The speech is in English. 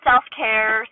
Self-care